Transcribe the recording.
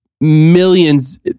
millions